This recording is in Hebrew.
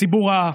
הציבור ראה.